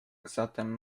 zatem